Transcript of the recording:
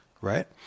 right